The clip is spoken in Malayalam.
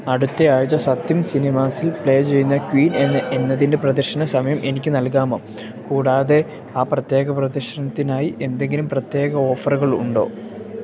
അടുത്തയാഴ്ച്ച സത്യം സിനിമാസിൽ പ്ലേ ചെയ്യുന്ന ക്വീൻ എന്ന എന്നതിന്റെ പ്രദശന സമയം എനിക്കു നൽകാമോ കൂടാതെ ആ പ്രത്യേക പ്രദർശനത്തിനായി എന്തെങ്കിലും പ്രത്യേക ഓഫറുകൾ ഉണ്ടോ